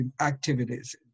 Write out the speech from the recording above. activities